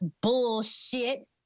bullshit